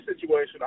situation